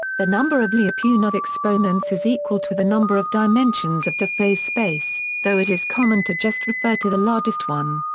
the number of lyapunov exponents is equal to the number of dimensions of the phase space, though it is common to just refer to the largest one.